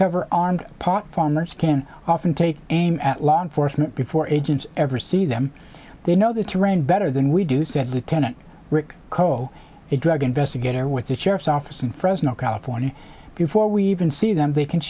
can often take aim at law enforcement before agents ever see them they know the terrain better than we do said lieutenant rick co a drug investigator with the sheriff's office in fresno california before we even see them they can